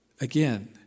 Again